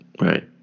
right